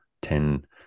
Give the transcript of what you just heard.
ten